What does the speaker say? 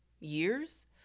years